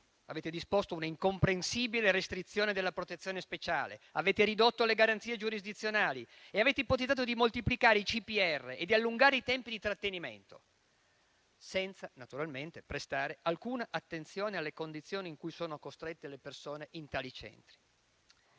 avete disposto un'incomprensibile restrizione della protezione speciale, avete ridotto le garanzie giurisdizionali e avete ipotizzato di moltiplicare i CPR e di allungare i tempi di trattenimento, senza naturalmente prestare alcuna attenzione alle condizioni in cui sono costrette le persone in tali centri.